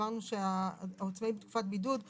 אמרנו שעל עצמאים בתקופת הבידוד היא